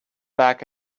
back